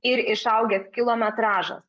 ir išaugęs kilometražas